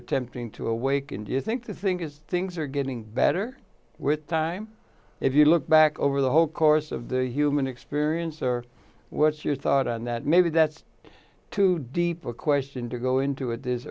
attempting to awaken do you think the thing is things are getting better with time if you look back over the whole course of the human experience or what's your thought on that maybe that's too deep a question to go into at this